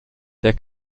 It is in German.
der